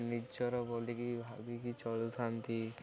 ନିଜର ବୋଲିକି ଭାବିକି ଚଳୁଥାନ୍ତି